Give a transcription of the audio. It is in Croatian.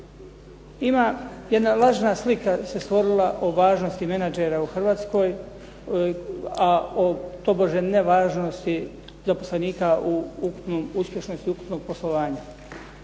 Jedna lažna slika se stvorila o važnosti menadžera u Hrvatskoj, a o tobože nevažnosti zaposlenika u uspješnosti ukupnog poslovanja.